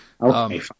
Okay